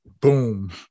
boom